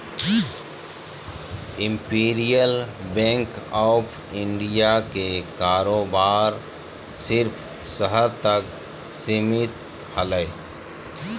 imperial bank of India के कारोबार सिर्फ़ शहर तक सीमित हलय